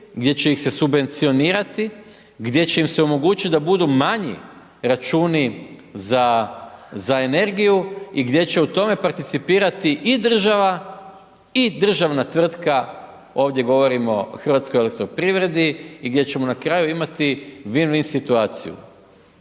gdje će se subvencionirati, gdje će im se omogućiti da budu manji računi za energiju i gdje će u tome participirati i država i državna tvrtaka, ovdje govorimo o Hrvatskoj elektroprivredi i gdje ćemo na kraju imati win-win situaciju.